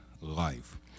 life